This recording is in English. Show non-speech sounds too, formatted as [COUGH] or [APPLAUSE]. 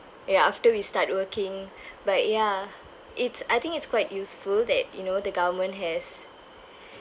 ya after we start working [BREATH] but ya it's I think it's quite useful that you know the government has